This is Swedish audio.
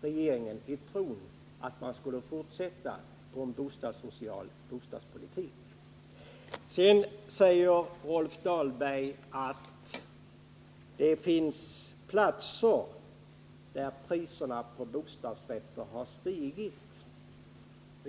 regeringen i tron att den skulle fortsätta att driva en social bostadspolitik. Rolf Dahlberg sade att det finns platser där priserna på bostadsrätter har stigit.